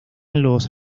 los